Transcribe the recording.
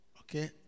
Okay